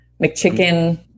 McChicken